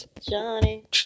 Johnny